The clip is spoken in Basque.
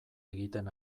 egiten